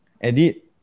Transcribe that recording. edit